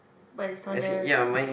but is on the